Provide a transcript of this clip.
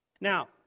Now